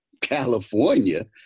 California